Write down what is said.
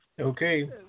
Okay